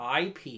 IP